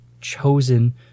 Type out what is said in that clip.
chosen